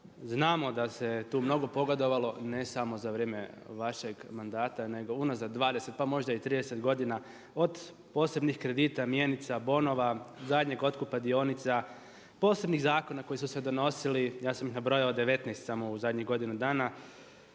znamo da se tu mnogo pogodovalo, ne samo za vrijeme vašeg mandata, nego unazad 20, pa možda i 30 godina od posebnih kredita, mjenica, bonova, zadnjeg otkupa dionica, posebnih zakona koji su se donosili, ja sam ih nabrojao 19 samo u zadnjih godinu dana,